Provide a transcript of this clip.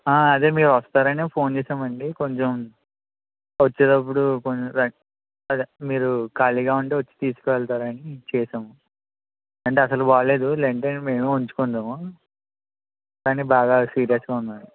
అదే మీరు వస్తారనే ఫోన్ చేశామండి కొంచెం వచ్చేటప్పుడు కొంచెం అదే మీరు ఖాళీగా ఉంటే వచ్చి తీసుకువెళ్తారు అని చేశాం అంటే అస్సలు బాలేదు లేకపోతే మేమే ఉంచుకుందుము కానీ బాగా ఫీవర్ గా ఉందండి